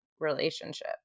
relationship